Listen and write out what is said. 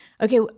okay